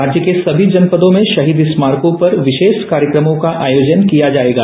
राज्य के सभी जनपदों में शहीद स्मारकों पर विशेष कार्यक्रमों का आयोजन किया जाएगा